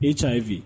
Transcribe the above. HIV